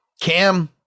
Cam